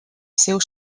seu